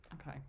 okay